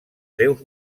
seus